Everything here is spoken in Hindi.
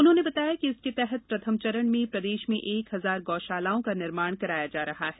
उन्होंने बताया कि इसके तहत प्रथम चरण में प्रदेश में एक हजार गौ शालाओं का निर्माण कराया जा रहा है